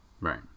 Right